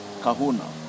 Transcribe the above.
kahuna